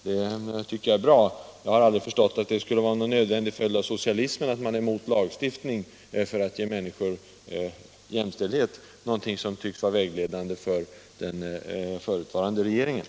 Jag tycker det är bra och har aldrig förstått att det skulle vara någon nödvändig följd av socialism att vara emot lagstiftning när det gäller att ge människor jämställdhet, någonting som tycktes vara vägledande för den förutvarande regeringen.